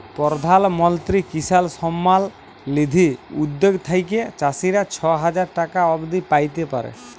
পরধাল মলত্রি কিসাল সম্মাল লিধি উদ্যগ থ্যাইকে চাষীরা ছ হাজার টাকা অব্দি প্যাইতে পারে